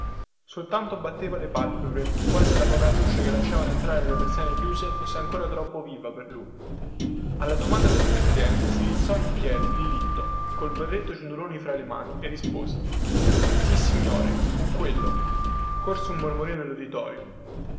soltanto batteva le palpebre quasi la poca luce che lasciavano entrare le stuoie calate fosse ancora troppo viva per lui alla domanda del presidente si rizzò in piedi diritto col berretto ciondoloni fra le mani e rispose sissignore con quello corse un mormorio